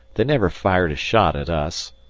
they never fired a shot at us.